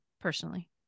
personally